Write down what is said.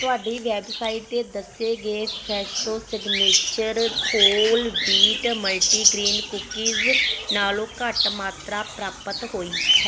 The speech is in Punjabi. ਤੁਹਾਡੀ ਵੈੱਬਸਾਈਟ 'ਤੇ ਦੱਸੇ ਗਏ Fresho signature whole wheat multigrain cookies ਨਾਲੋਂ ਘੱਟ ਮਾਤਰਾ ਪ੍ਰਾਪਤ ਹੋਈ ਹੈ